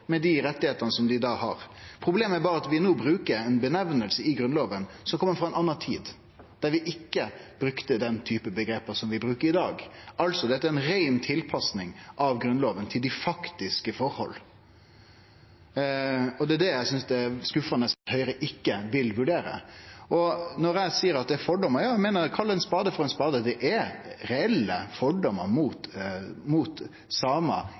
som eit folk, med dei rettane dei da har. Problemet er berre at vi no brukar ei beskriving i Grunnlova som kjem frå ei anna tid, da vi ikkje brukte den typen omgrep som vi brukar i dag. Altså er dette ei rein tilpassing av Grunnlova til dei faktiske forholda. Det er det eg synest er skuffande at Høgre ikkje vil vurdere. Og når eg seier at det er fordomar – ja, eg kallar ein spade for ein spade. Det er reelle fordomar i Framstegspartiet mot samar,